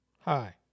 Hi